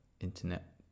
internet